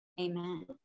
Amen